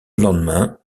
lendemain